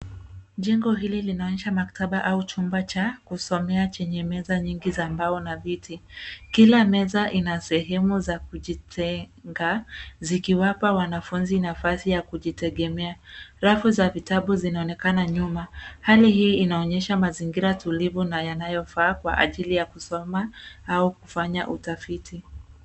Jengo hili linaonyesha maktaba au chumba cha kusomea chenye meza nyingi za mbao na viti. Kila meza ina sehemu za kujitenga zikiwapa wanafunzi nafasi ya kujitegemea. Rafu za vitabu zinaonekana nyuma. Hali hii inaonyesha mazingira tulivu na yanayofaa kwa ajili ya kusoma au kufanya utafiti.